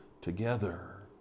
together